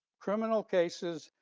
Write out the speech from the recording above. criminal cases,